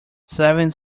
seven